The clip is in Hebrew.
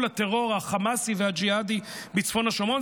הטרור החמאסי והג'יהאדי בצפון השומרון.